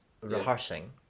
rehearsing